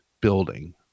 building